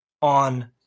on